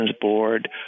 Board